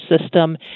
system